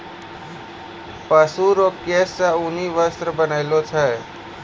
पशु रो केश से ऊनी वस्त्र बनैलो छै